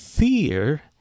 fear